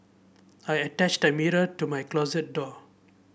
I attached the mirror to my closet door